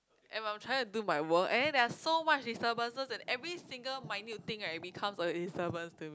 and I'm trying to do my work and then there are so much disturbances that every single minute thing right become a disturbance